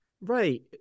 Right